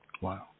Wow